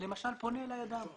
למשל פונה אלי אדם.